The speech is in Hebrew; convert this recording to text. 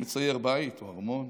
מצייר בית או ארמון,